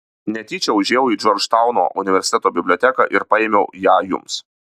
netyčia užėjau į džordžtauno universiteto biblioteką ir paėmiau ją jums